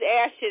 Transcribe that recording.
ashes